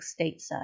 stateside